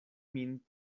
min